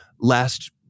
last